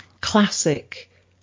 classic